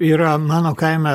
yra mano kaime